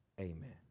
amen